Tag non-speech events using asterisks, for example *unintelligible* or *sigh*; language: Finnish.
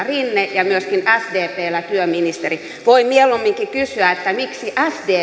*unintelligible* rinne ja myöskin sdpllä työministeri voi mieluumminkin kysyä miksi sdp